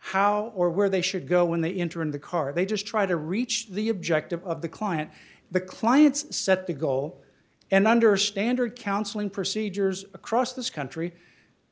how or where they should go when they enter in the car they just try to reach the objective of the client the client's set the goal and understand or counseling procedures across this country